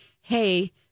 hey